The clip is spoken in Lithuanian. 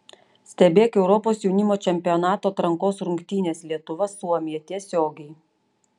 stebėk europos jaunimo čempionato atrankos rungtynes lietuva suomija tiesiogiai